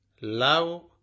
love